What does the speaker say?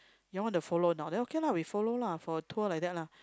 you all want to follow not then okay lah we follow lah for a tour like that lah